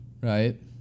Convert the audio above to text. Right